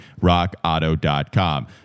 RockAuto.com